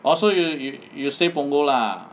orh so you you stay punggol lah